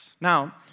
Now